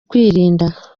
kwirinda